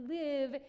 live